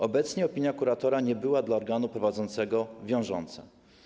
Obecnie opinia kuratora nie była dla organu prowadzącego wiążąca.